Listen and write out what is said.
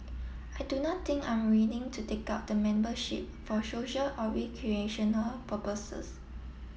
I do not think I'm willing to take up the membership for social or recreational purposes